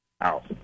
out